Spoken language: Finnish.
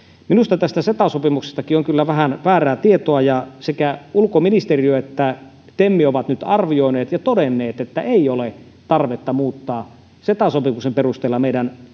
minusta tästä ceta sopimuksestakin on kyllä vähän väärää tietoa ja sekä ulkoministeriö että tem ovat nyt arvioineet ja todenneet että ei ole tarvetta muuttaa ceta sopimuksen perusteella meidän